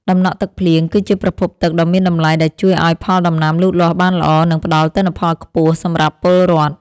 តំណក់ទឹកភ្លៀង គឺជាប្រភពទឹកដ៏មានតម្លៃដែលជួយឱ្យផលដំណាំលូតលាស់បានល្អ និងផ្តល់ទិន្នផលខ្ពស់សម្រាប់ពលរដ្ឋ។